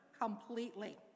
completely